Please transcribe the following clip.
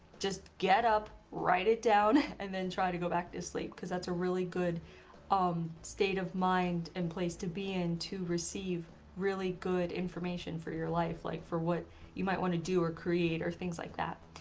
just get up, write it down, and then try to go back to sleep. because that's a really good um state of mind and place to be in to receive really good information for your life, like for what you might want to do or create, or things like that.